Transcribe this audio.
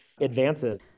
advances